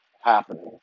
happening